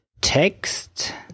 text